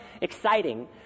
exciting